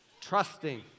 Trusting